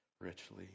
richly